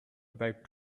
about